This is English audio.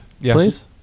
please